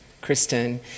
Kristen